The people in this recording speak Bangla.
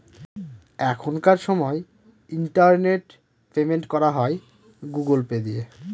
এখনকার সময় ইন্টারনেট পেমেন্ট করা হয় গুগুল পে দিয়ে